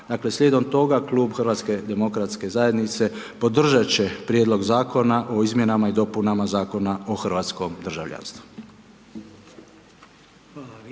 slijedom toga Klub HDZ-a podržat će Prijedlog Zakona o izmjenama i dopunama Zakona o hrvatskom državljanstvu.